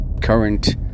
current